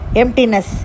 emptiness